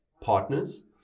Partners